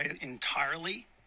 entirely